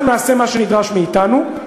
אנחנו נעשה מה שנדרש מאתנו,